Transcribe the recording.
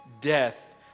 death